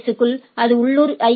S க்குள் அது உள்ளூர் ஐ